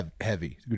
heavy